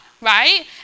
right